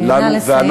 נא לסיים.